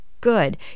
Good